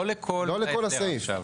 לא לכל ההסדר עכשיו.